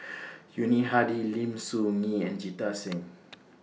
Yuni Hadi Lim Soo Ngee and Jita Singh